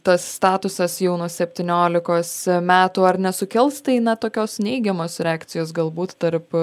tas statusas jau nuo septyniolikos metų ar nesukels tai na tokios neigiamos reakcijos galbūt tarp